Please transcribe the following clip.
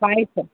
white